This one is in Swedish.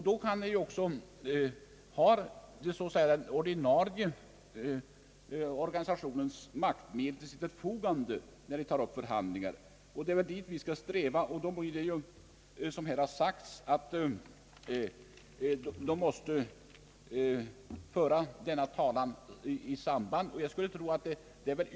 Då har de också den ordinarie organisationens maktmedel till sitt förfogande när de tar upp förhandlingar. Det är väl dit vi skall sträva.